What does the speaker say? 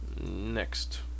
Next